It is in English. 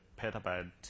petabyte